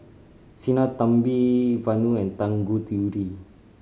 Sinnathamby Vanu and Tanguturi